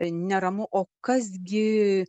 neramu o kas gi